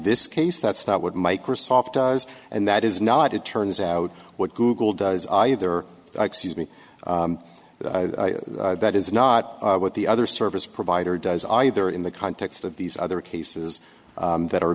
this case that's not what microsoft does and that is not it turns out what google does either excuse me that is not what the other service provider does either in the context of these other cases that are